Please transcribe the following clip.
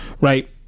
Right